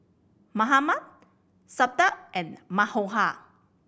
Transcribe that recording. Mahatma Santha and Manohar